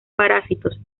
parásitos